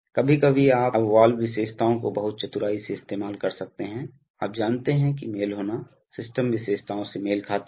कभी कभी आप अब वाल्व विशेषताओं को बहुत चतुराई से इस्तेमाल कर सकते हैं आप जानते हैं कि मेल होना सिस्टम विशेषताओं से मेल खाते हैं